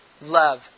love